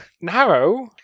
Narrow